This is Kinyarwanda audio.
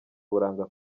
uburanga